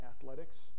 athletics